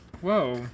Whoa